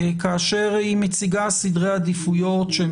כאשר היא מציגה סדרי עדיפויות שהם